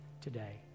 today